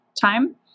time